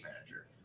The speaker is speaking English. manager